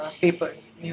papers